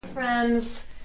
Friends